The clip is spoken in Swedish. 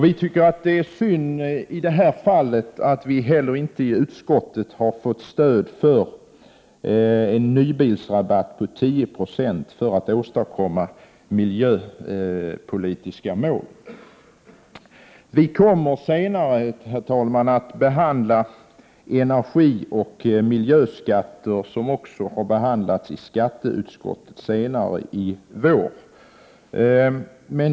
Vi tycker att det är synd att vi inte i detta fall har fått stöd i utskottet för en nybilsrabatt på 10 96 för att uppfylla miljöpolitiska mål. Herr talman! Kammaren kommer senare i vår att behandla energioch miljöskatter, som också har behandlats i skatteutskottet.